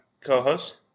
co-host